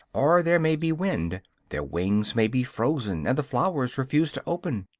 or there may be wind their wings may be frozen and the flowers refuse to open.